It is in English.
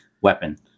weapon